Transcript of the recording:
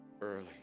early